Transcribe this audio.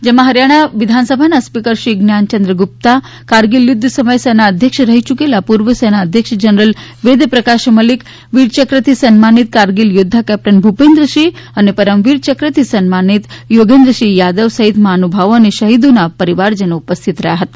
જેમાં હરિયાણા વિધાનસભા ના સ્પીકર શ્રી જ્ઞાનચંદ્ર ગુપ્તા કારગિલ યુદ્ધ સમયે સેનાધ્યક્ષ રહી યુકેલા પૂર્વ સેનાધ્યક્ષ જનરલ વેદપ્રકાશ મલિક વીરચક્રથી સન્માનિત કારગીલ યોદ્ધા કેપ્ટન ભુપેન્દ્રસિંહ અને પરમવીર ચક્રથી સન્માનિત યોગેન્દ્રસિંહ યાદવ સહિત મહાનુભાવો અને શહીદોના પરિવારજનો ઉપસ્થિત રહ્યા હતા